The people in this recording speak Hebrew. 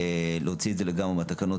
להוציא את זה לגמרי מהתקנות,